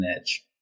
edge